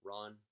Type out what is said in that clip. Run